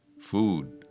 food